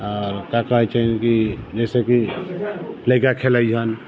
तकर बाद छनि कि जइसे कि लइका खेलैअन